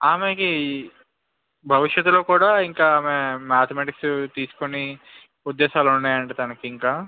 ఆమెకి భవిష్యత్తులో కూడా ఇంకా ఆమె మ్యాథమెటిక్స్ తీసుకునే ఉద్దేశాలు ఉన్నాయంట తనకి ఇంకా